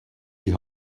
die